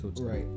right